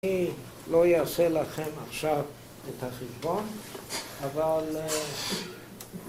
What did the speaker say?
אני לא יעשה לכם עכשיו את החידון, אבל...